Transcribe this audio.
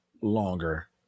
longer